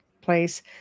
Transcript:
place